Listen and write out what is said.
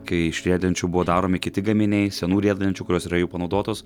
kai iš riedančių buvo daromi kiti gaminiai senų riedlenčių kurios yra jau panaudotos